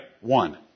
One